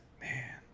Man